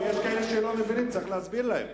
לא, יש כאלה שלא מבינים, צריך להסביר להם.